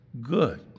good